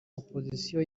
opozisiyo